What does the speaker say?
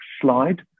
slide